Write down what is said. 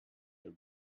your